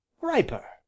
Riper